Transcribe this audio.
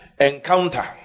encounter